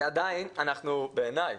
ועדיין אנחנו, בעיניי,